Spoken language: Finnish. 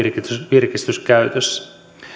virkistyskäytössä